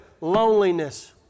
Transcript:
loneliness